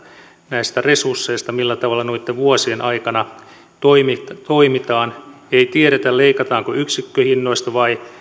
näistä resursseista millä noitten vuosien aikana toimitaan ei tiedetä leikataanko yksikköhinnoista vai